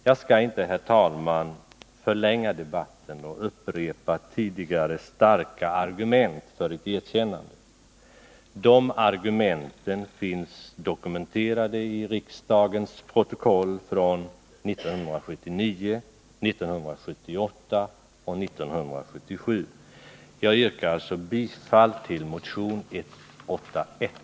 Jag skall inte, herr talman, förlänga debatten och upprepa tidigare starka argument för ett erkännande. De argumenten finns dokumenterade i riksdagens protokoll från 1979, 1978 och 1977. Jag yrkar bifall till motion 181.